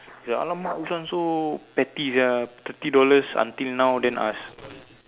ya alamak this one so petty sia thirty dollars until now then ask